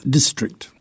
District